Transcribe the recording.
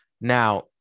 Now